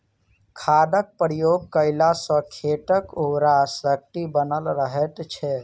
खादक प्रयोग कयला सॅ खेतक उर्वरा शक्ति बनल रहैत छै